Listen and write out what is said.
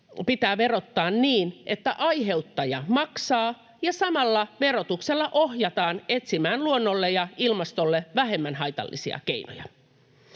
pitää verottaa niin, että aiheuttaja maksaa ja samalla verotuksella ohjataan etsimään luonnolle ja ilmastolle vähemmän haitallisia keinoja.